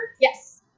Yes